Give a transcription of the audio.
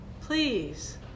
please